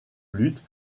luttes